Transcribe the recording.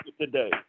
today